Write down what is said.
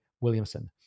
williamson